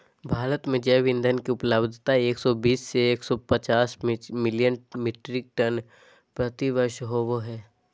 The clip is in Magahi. भारत में जैव ईंधन के उपलब्धता एक सौ बीस से एक सौ पचास मिलियन मिट्रिक टन प्रति वर्ष होबो हई